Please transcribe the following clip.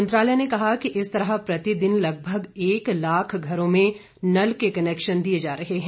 मंत्रालय ने कहा कि इस तरह प्रतिदिन लगभग एक लाख घरों में नल के कनेक्शन दिए जा रहे हैं